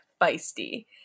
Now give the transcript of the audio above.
feisty